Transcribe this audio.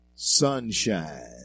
sunshine